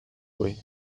way